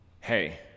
hey